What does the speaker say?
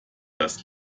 das